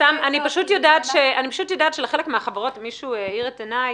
אני פשוט יודעת שלחלק מהחברות מישהו האיר את עיניי,